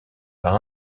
par